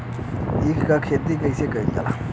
ईख क खेती कइसे कइल जाला?